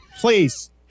please